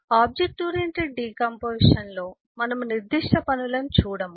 object oriented డికాంపొజిషన్లో మనము నిర్దిష్ట పనులను చూడము